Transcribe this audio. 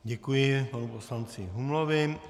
Děkuji panu poslanci Humlovi.